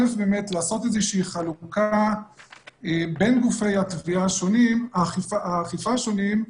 דבר ראשון באמת לעשות איזה שהיא חלוקה בין גופי האכיפה השונים,